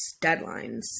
deadlines